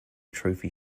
trophy